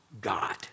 God